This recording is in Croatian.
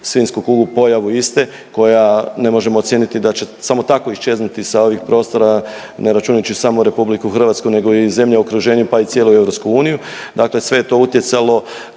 svinjsku kugu, koja ne možemo ocijeniti da će samo tako iščeznuti sa ovih prostora, ne računajući samo RH nego i zemlje u okruženju, pa i cijelu EU, dakle sve je to utjecalo